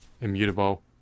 immutable